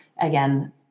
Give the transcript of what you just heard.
again